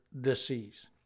disease